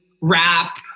rap